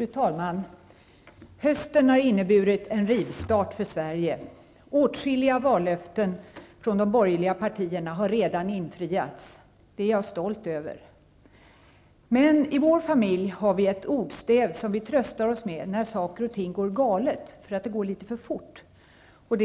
Fru talman! Hösten har inneburit en rivstart för Sverige. Åtskilliga vallöften från de borgerliga partierna har redan infriats. Det är jag stolt över. Men i vår familj tröstar vi oss med ett ordstäv när saker och ting går galet för att det går litet för fort. Det